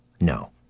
No